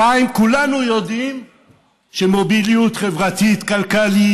2. כולנו יודעים שמוביליות חברתית-כלכלית